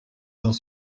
dans